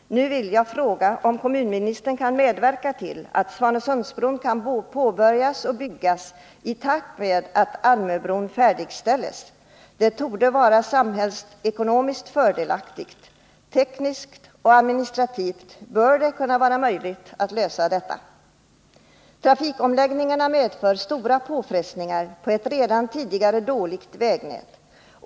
Nu vill jag fråga om kommunikationsministern kan medverka till att Svanesundsbron kan påbörjas och byggas i takt med att Almöbron färdigställs. Det torde vara samhällsekonomiskt fördelaktigt. Tekniskt och administrativt bör det vara möjligt att lösa detta. Trafikomläggningarna medför stora påfrestningar på ett redan tidigare dåligt vägnät.